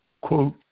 quote